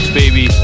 baby